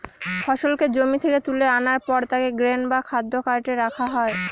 ফসলকে জমি থেকে তুলে আনার পর তাকে গ্রেন বা খাদ্য কার্টে রাখা হয়